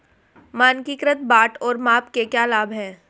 मानकीकृत बाट और माप के क्या लाभ हैं?